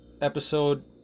episode